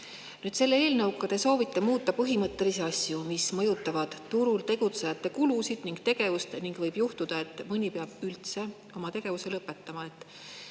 Selle eelnõuga te soovite muuta põhimõttelisi asju, mis mõjutavad turul tegutsejate kulusid ning tegevust. Võib juhtuda, et mõni peab üldse tegevuse lõpetama.